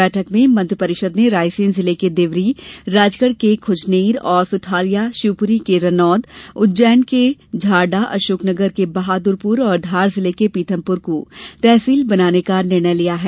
बैठक में मंत्रि परिषद ने रायसेन जिले के देवरी राजगढ के खुजनेर और सुठालिया शिवपुरी के रन्नौद उज्जैन के झारडा अशोकनगर के बहादुरपुर और धार जिले के पीथमपुर को तहसील बनाने का निर्णय लिया है